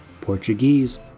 Portuguese